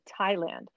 Thailand